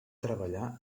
treballar